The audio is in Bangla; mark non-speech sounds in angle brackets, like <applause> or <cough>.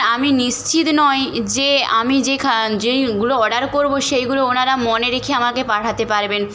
আমি নিশ্চিত নয় যে আমি যে <unintelligible> যেগুলো অর্ডার করব সেগুলো ওনারা মনে রেখে আমাকে পাঠাতে পারবেন